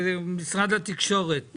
ברגע שמשרד מקבל את הכסף בתקציב המקור שלו,